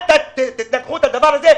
אל תנפחו את הדבר הזה.